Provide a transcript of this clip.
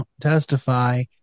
testify